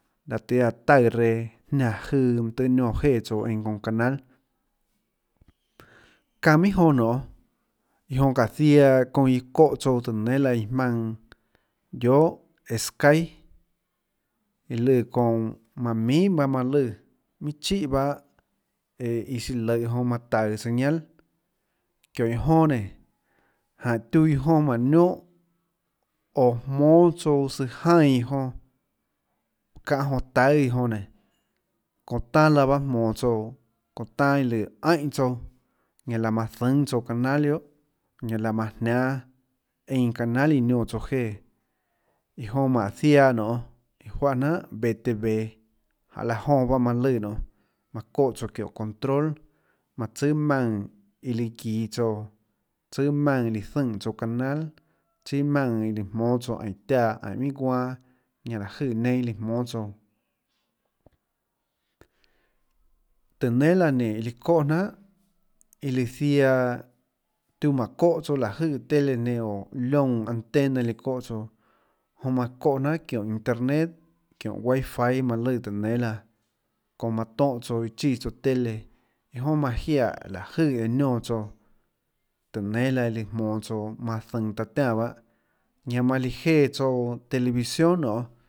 Laê tøhê iâ çaã taùã reã jnánã jøã mønã tøê niónã jéã tsouã einã çounã canal çanã minhà jonã nionê iã jonã çaã ziaã çounã iã çóhã tsouã tùhå nénâ laã iã jmaùnã guiohà sçy iã lùã çounã mánhå minhà bahâ manã lùã minhà chíhà bahâ ee iã siã løhå manã taøå señal çióhå iã jonã nénå jánhå tiuã iã jonã mánhå niónhã oã jmónâ tsouã tsøã jaínã iã jonã çánhã jonã taùâ iã jonã nénå çóhã tanâ laã pahâ jmonå tsouã çounã taâ iã lùã aínhã tsouã ñanã laã manã zùnâ tsouã canal guiohà ñanã laã manã jníanâ einã canal iã niónã tsouã jéã ie jonã mánhå ziaã nionê iã juáhå jnanhà vtv janê laã jonã pahâ manã lùã nionê manã çóhã tsouã çióhå control manã tsùà maùnã ie lùã guiå tsouã tsùà maùnã iã líã zønè tsouã canal chíà maùnã ie líã jmónâ tsouã aínå tiáã aínå minhà guanâ ñanã láå jøè nienâ líã jmónâ tsouã tóhå nénâ laã nénå iã lùã çóhã jnanhà iã lùã ziaã tiuã mánå çóhã tsouã láå jøè tele nenã oo liónã antena iã lùã çóhã tsouã jonã manã çóhã jnanhà çióhå internet çióhå wifi manã lùã tùhå nénâ laã çounã manã tóhã tsouã iã chíã tsouã tele iâ jonà manã jiaè laã jøè eã niónã tsouã tùhå nénâ laã lùã jmonå tsouã manã zønå taã tiánã bahâ ñanã manã líã jéã tsouã televisión nonê.